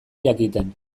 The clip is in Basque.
jakiten